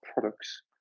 products